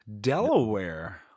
Delaware